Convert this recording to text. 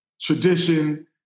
tradition